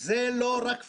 זה לא רק פישמן,